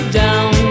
down